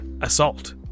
assault